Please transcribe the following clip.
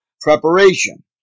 Preparation